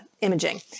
imaging